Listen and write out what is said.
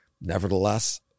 nevertheless